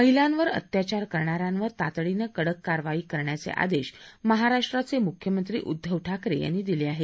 महिलांवर अत्याचार करणाऱ्यांवर तातडीनं कडक कारवाई करण्याचे आदेश महाराष्ट्राचे मुख्यमंत्री उद्धव ठाकरे यांनी दिले आहेत